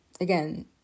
again